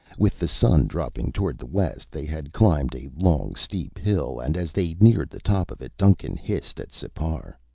with the sun dropping toward the west, they had climbed a long, steep hill and as they neared the top of it, duncan hissed at sipar.